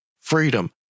freedom